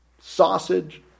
sausage